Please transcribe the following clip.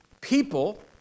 people